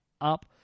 up